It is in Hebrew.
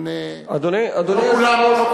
אדוני היושב-ראש,